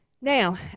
now